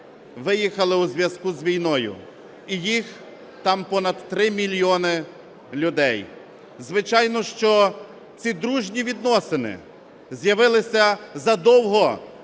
виїхали у зв'язку з війною, і їх там понад 3 мільйони людей. Звичайно, що ці дружні відносини з'явилися задовго